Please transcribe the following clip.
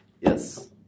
Yes